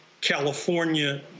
California